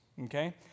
okay